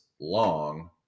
long